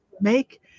make